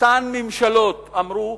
אותן ממשלות אמרו: